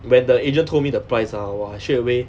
when the agent told me the price ah !wah! I straight away